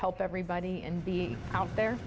help everybody and be there